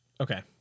okay